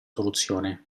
soluzione